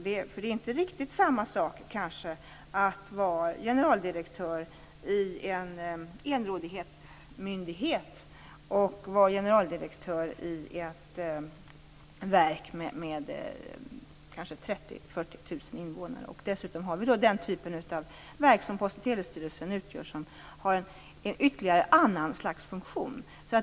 Det är kanske inte riktigt samma sak att vara generaldirektör i en enrådighetsmyndighet som att vara generaldirektör i ett verk med 30 000-40 000 personer. Dessutom har vi den typ av verk som Post och telestyrelsen utgör som har ytterligare ett annat slags funktion.